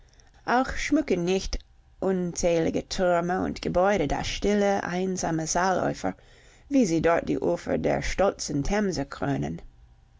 auch schmücken nicht unzählige türme und gebäude das stille einsame saaleufer wie sie dort die ufer der stolzen themse krönen